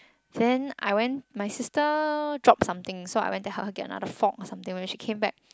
then I went my sister dropped something so I went to help her get another fork or something so when she came back